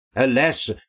Alas